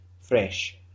fresh